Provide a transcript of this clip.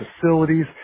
facilities